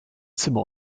zimmer